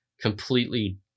completely